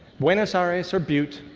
buenos aires or butte,